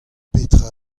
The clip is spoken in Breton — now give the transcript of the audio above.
petra